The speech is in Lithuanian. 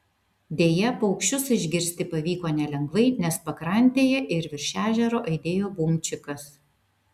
deja paukščius išgirsti pavyko nelengvai nes pakrantėje ir virš ežero aidėjo bumčikas